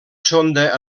sonda